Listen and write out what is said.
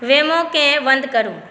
वेमोकेंँ बन्द करू